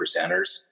percenters